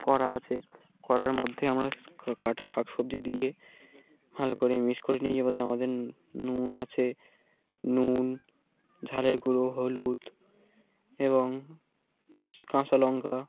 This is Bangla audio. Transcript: করা আছে করার মধ্যে আমরা কাটা শাক সবজি দিয়ে ভালো করে মিক্স করে নি যে আমাদের নুন আছে নুন ঝালের গুঁড়ো হলুদ এবং কাঁচা লঙ্কা